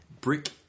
Brick